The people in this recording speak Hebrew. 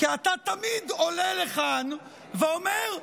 כי אתה תמיד עולה לכאן ואומר: